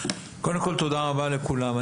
קודם כל תודה רבה לכולם.